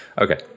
Okay